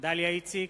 דליה איציק,